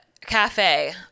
cafe